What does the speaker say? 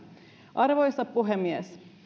arvoisa puhemies